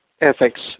ethics